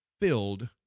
filled